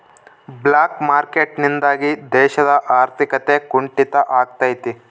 block market ನಿಂದಾಗಿ ದೇಶದ ಆರ್ಥಿಕತೆ ಕುಂಟಿತ ಆಗ್ತೈತೆ